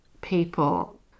people